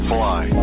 Fly